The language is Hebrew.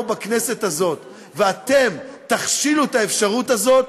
בכנסת הזאת ואתם תכשילו את האפשרות הזאת,